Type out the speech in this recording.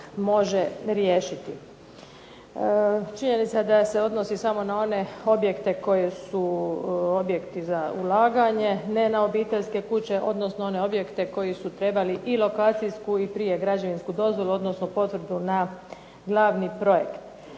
može riješiti. Činjenica da se odnosi samo na one objekte koji su objekti za ulaganje, ne na obiteljska kuće, odnosno one objekte koji su trebali i lokacijsku i građevinsku dozvolu odnosno potvrdu na glavni projekt.